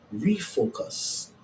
refocus